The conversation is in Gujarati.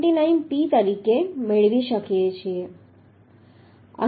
599P તરીકે મેળવી શકીએ છીએ